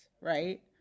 right